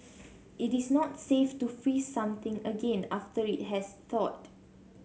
it is not safe to freeze something again after it has thawed